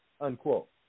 Unquote